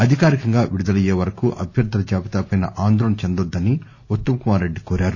అధికారికంగా విడుదలయ్యే వరకు అభ్వర్గుల జాబితాపై ఆందోళన చెందోద్గని ఉత్తమ్ కుమార్ రెడ్డి పేర్కొన్నారు